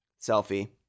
Selfie